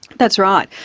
that's right.